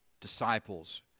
disciples